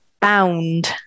Bound